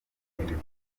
ibikorwa